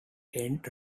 end